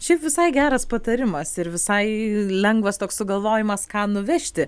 šiaip visai geras patarimas ir visai lengvas toks sugalvojimas ką nuvežti